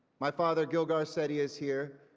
my father, gil garcetti is here,